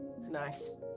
nice